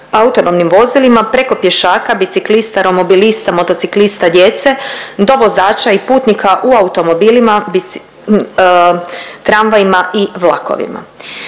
autonomnim vozilima preko pješaka, biciklista, romobilista, motociklista, djece do vozača i putnika u automobilima, tramvajima i vlakovima.